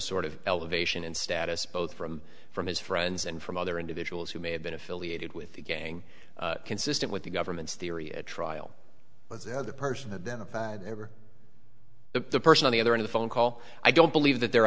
sort of elevation in status both from from his friends and from other individuals who may have been affiliated with the gang consistent with the government's theory at trial was the other person then if ever the person on the other in the phone call i don't believe that their